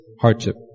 hardship